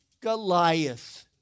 Goliath